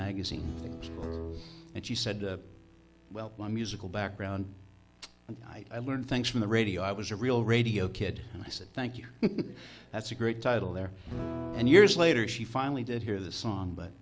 magazine and she said well my musical background and i learned things from the radio i was a real radio kid and i said thank you that's a great title there and years later she finally did hear the song but